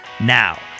Now